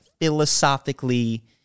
philosophically